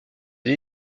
des